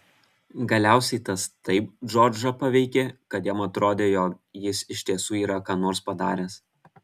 galiausiai tas taip džordžą paveikė kad jam atrodė jog jis iš tiesų yra ką nors padaręs